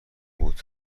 بود